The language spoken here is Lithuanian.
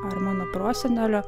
ar mano prosenelio